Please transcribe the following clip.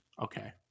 Okay